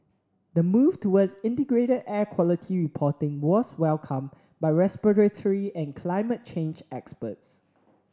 the move towards integrated air quality reporting was welcomed by respiratory and climate change experts